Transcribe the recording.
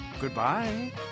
Goodbye